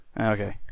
Okay